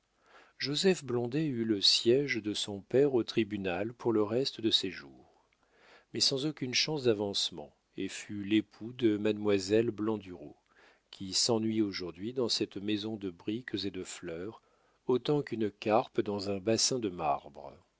joseph blondet eut le siége de son père au tribunal pour le reste de ses jours mais sans aucune chance d'avancement et fut l'époux de mademoiselle blandureau qui s'ennuie aujourd'hui dans cette maison de briques et de fleurs autant qu'une carpe dans un bassin de marbre